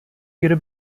ihre